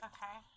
Okay